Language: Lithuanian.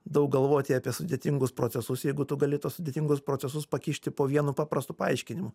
daug galvoti apie sudėtingus procesus jeigu tu gali tuos sudėtingus procesus pakišti po vienu paprastu paaiškinimu